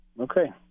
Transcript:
Okay